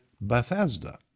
Bethesda